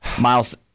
Miles